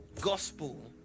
gospel